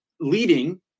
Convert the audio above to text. leading